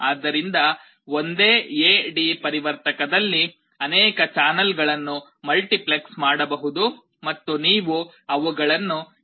ಆದ್ದರಿಂದ ಒಂದೇ A D ಪರಿವರ್ತಕದಲ್ಲಿ ಅನೇಕ ಚಾನಲ್ಗಳನ್ನು ಮಲ್ಟಿಪ್ಲೆಕ್ಸ್ ಮಾಡಬಹುದು ಮತ್ತು ನೀವು ಅವುಗಳನ್ನು ಏಕಕಾಲದಲ್ಲಿ ಬಳಸಬಹುದು